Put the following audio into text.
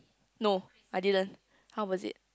no I didn't how was it